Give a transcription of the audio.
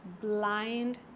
blind